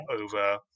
over